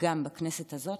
גם בכנסת הזאת,